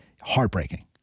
heartbreaking